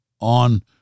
on